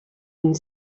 une